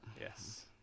Yes